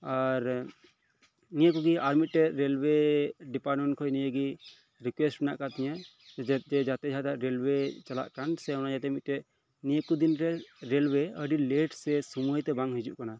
ᱟᱨ ᱱᱤᱭᱟᱹ ᱠᱩᱜᱮ ᱟᱨ ᱢᱤᱫ ᱴᱮᱱ ᱨᱮᱞᱳᱣᱮ ᱰᱤᱯᱟᱨᱴᱢᱮᱱᱴ ᱠᱷᱚᱱ ᱨᱤᱠᱩᱭᱮᱥᱴ ᱦᱮᱱᱟᱜ ᱟᱠᱟᱫ ᱛᱤᱧᱟᱹ ᱡᱟᱛᱮ ᱡᱟᱛᱮ ᱡᱟᱦᱟᱸᱴᱟᱜ ᱨᱮᱞᱳᱣᱮ ᱪᱟᱞᱟᱜ ᱠᱟᱱ ᱥᱮ ᱚᱱᱟ ᱡᱟᱛᱮ ᱢᱤᱫ ᱴᱮᱱ ᱱᱤᱭᱟᱹᱠᱚ ᱫᱤᱱ ᱨᱮ ᱨᱮᱞᱳᱣᱮ ᱟᱹᱰᱤ ᱞᱮᱴ ᱥᱮ ᱥᱳᱢᱚᱭ ᱛᱮ ᱵᱟᱝ ᱦᱤᱡᱩᱜ ᱠᱟᱱᱟ